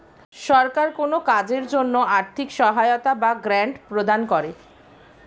সরকার কোন কাজের জন্য আর্থিক সহায়তা বা গ্র্যান্ট প্রদান করে